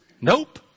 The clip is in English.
Nope